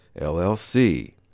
LLC